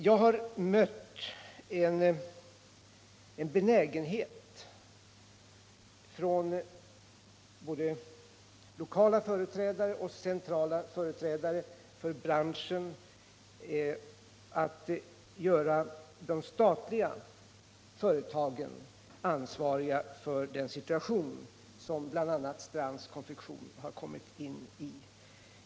Jag har mött en benägenhet från både lokala och centrala företrädare för branschen att vilja göra de statliga företagen ansvariga för den situation som bl.a. Strands Konfektion har kommit in i.